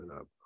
up